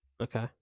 Okay